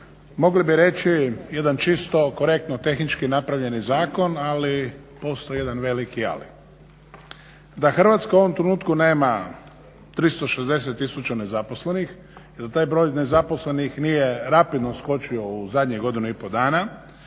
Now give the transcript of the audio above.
mogli bi reći jedan čisto korektno tehnički napravljen zakon, ali postoji jedan veliki ali. Da Hrvatska u ovom trenutku nema 360 000 nezaposlenih i da taj broj nezaposlenih nije rapidno skočio u zadnjih godinu i pol dana,